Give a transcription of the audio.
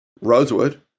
Rosewood